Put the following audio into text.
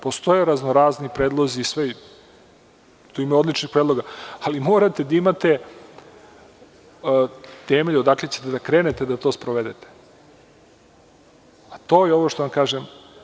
Postoje raznorazni predlozi, tu ima odličnih predloga, ali morate da imate temelj odakle ćete da krenete da to sprovedete, a to je ovo što vam kažem.